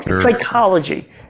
psychology